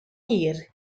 hir